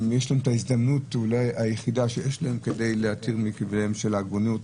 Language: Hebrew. ושיש להם אולי את ההזדמנות היחידה כדי להתיר מכבליהן של העגונות.